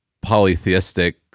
polytheistic